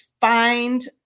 find